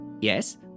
Yes